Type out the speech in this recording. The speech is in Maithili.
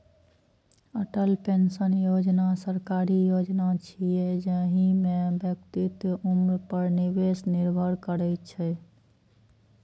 अटल पेंशन योजना सरकारी योजना छियै, जाहि मे व्यक्तिक उम्र पर निवेश निर्भर करै छै